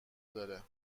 داره